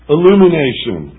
Illumination